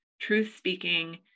truth-speaking